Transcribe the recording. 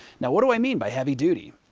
now what do i mean by heavy duty?